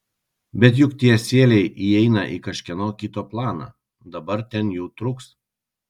bet juk tie sieliai įeina į kažkieno kito planą dabar ten jų truks